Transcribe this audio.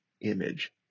image